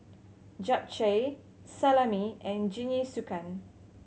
Japchae Salami and Jingisukan